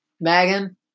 Megan